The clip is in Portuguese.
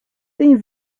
tem